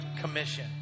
commission